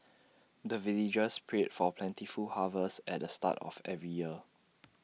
the villagers pray for plentiful harvest at the start of every year